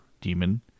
demon